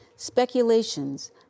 Speculations